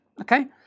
okay